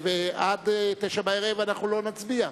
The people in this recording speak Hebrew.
ועד 21:00 אנחנו לא נצביע.